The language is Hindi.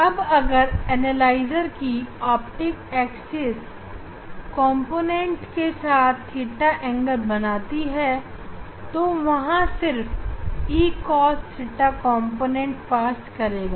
अब अगर एनालाइजर की ऑप्टिक एक्सिस कॉम्पोनेंटके साथ थीटा कोण बनाती है तू वहां से सिर्फ Ecosθ कॉम्पोनेंटपास करेगा